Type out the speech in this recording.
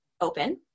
open